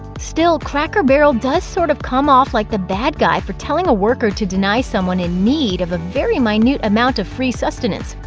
still, cracker barrel does sort of come off like the bad guy for telling a worker to deny someone in need of a very minute amount of free sustenance.